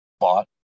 Bought